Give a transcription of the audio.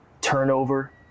Turnover